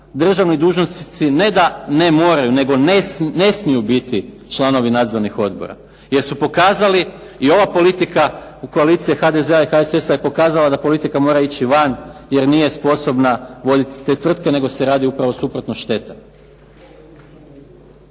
državni dužnosnici ne da ne moraju, nego ne smiju biti članovi nadzornih odbora. Jer su pokazali i ova politika HDZ-a i HSS-a je pokazala da mora ići van jer nije sposobna voditi te tvrtke nego se radi upravo suprotno šteta.